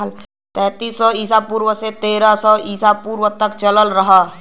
तैंतीस सौ ईसा पूर्व से तेरह सौ ईसा पूर्व तक चलल रहल